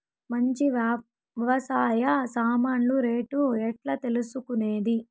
మంచి వ్యవసాయ సామాన్లు రేట్లు ఎట్లా తెలుసుకునేది?